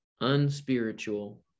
unspiritual